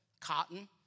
cotton